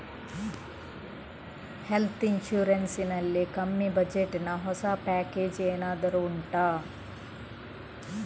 health insurance ನಲ್ಲಿ ಕಮ್ಮಿ budget ನ ಹೊಸ ಪ್ಯಾಕೇಜ್ ಏನಾದರೂ ಉಂಟಾ